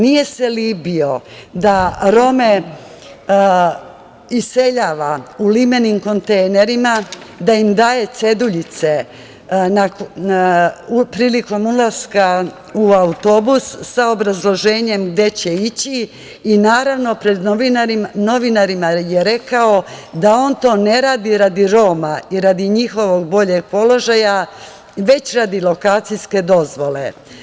Nije se libio da Rome iseljava u limene kontejnere, da im daje ceduljice prilikom ulaska u autobus sa obrazloženjem gde će ići i naravno pred novinarima je rekao da on to ne radi radi Roma i radi njihovog boljeg položaja, već radi lokacijske dozvole.